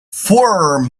form